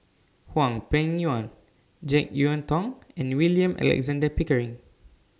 Hwang Peng Yuan Jek Yeun Thong and William Alexander Pickering